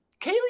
Kaylee